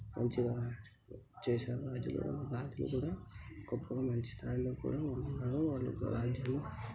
మంచిగా చేశారు రాజులు రాజులు కూడా గొప్పగా మంచి స్థాయిలో కూడా వాళ్ళున్నారు వాళ్ళు యొక్క రాజులు